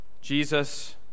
Jesus